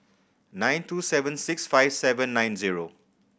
nine two seven six five seven nine zero